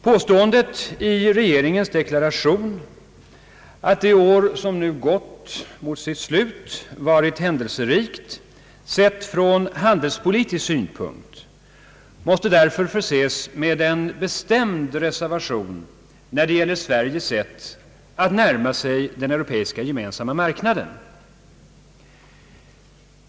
Påståendet i regeringens deklaration att det år som nu går mot sitt slut varit händelserikt sett från handelspolitisk synpunkt måste därför förses med en bestämd reservation när det gäller Sveriges sätt att närma sig den europeiska gemensamma marknaden.